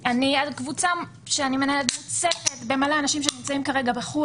הקבוצה שאני מנהלת מוצפת במלא אנשים שנמצאים כרגע בחו"ל,